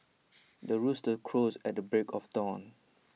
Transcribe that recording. the rooster crows at the break of dawn